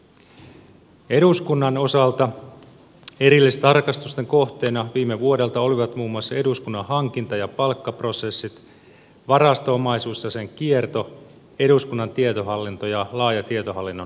eduskunnan osalta erillistarkastusten kohteena viime vuodelta olivat muun muassa eduskunnan hankinta ja palkkaprosessit varasto omaisuus ja sen kierto eduskunnan tietohallinto ja laaja tietohallinnon uudistamishanke